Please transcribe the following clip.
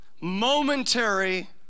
momentary